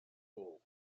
pool